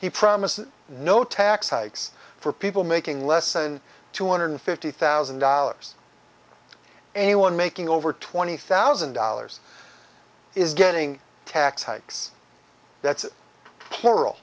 he promised no tax hikes for people making less than two hundred fifty thousand dollars anyone making over twenty thousand dollars is getting tax hikes that's plural